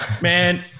Man